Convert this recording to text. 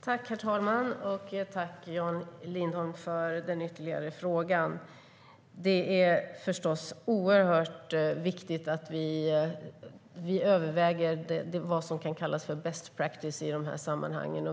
Herr talman! Jag tackar Jan Lindholm för den ytterligare frågan. Det är förstås oerhört viktigt att vi överväger vad som kan kallas best practice i de här sammanhangen.